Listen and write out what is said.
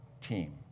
team